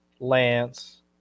lance